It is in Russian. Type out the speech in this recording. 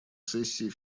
сессии